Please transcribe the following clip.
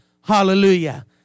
hallelujah